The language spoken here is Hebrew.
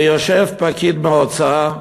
ויושב פקיד באוצר,